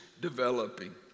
developing